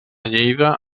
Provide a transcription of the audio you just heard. lleida